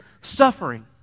suffering